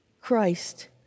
Christ